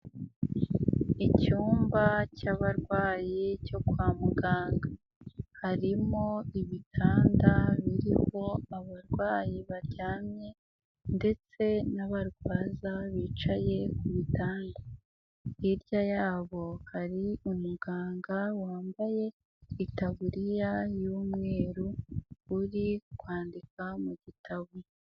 Icyumba cy'abarwayi cyo kwa muganga, harimo ibitanda biriho abarwayi baryamye ndetse n'abarwaza bicaye ku bitanda, hirya yabo hari umuganga wambaye itaburiya y'umweru, uri kwandika mu gitabo.